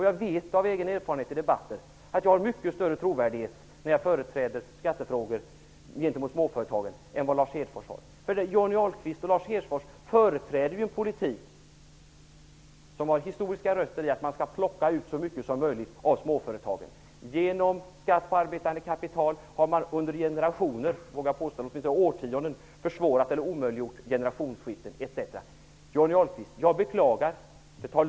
Jag vet av egen erfarenhet från debatter att jag har mycket större trovärdighet i skattefrågor när det gäller småföretagen än vad Hedfors företräder ju en politik som enligt sina historiska rötter innebär att man skall plocka ut så mycket som möjligt från småföretagen. Genom skatt på arbetande kapital har man under årtionden försvårat eller omöjliggjort generationsskiften etc. Det tar lång tid att få ett förtroende.